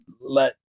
let